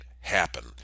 happen